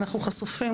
אנחנו חשופים.